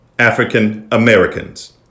African-Americans